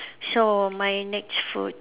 so my next food